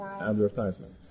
advertisement